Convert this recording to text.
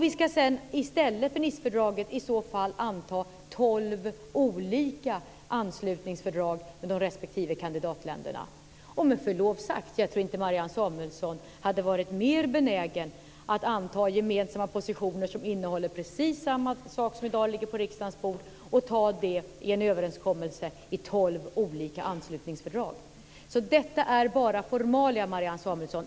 I stället för Nicefördraget skulle vi vidare anta tolv olika anslutningsfördrag med de respektive kandidatländerna. Med förlov sagt tror jag inte att Marianne Samuelsson hade varit mer benägen att anta gemensamma positioner som innehåller precis samma sak som det som i dag ligger på riksdagens bord och ta dem i en överenskommelse i tolv olika anslutningsfördrag. Detta är alltså bara formalia, Marianne Samuelsson.